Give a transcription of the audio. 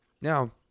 Now